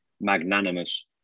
magnanimous